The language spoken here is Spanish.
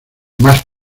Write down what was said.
más